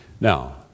Now